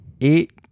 eight